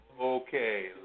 Okay